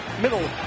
middle